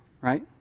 right